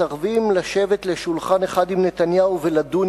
מסרבים לשבת לשולחן אחד עם נתניהו ולדון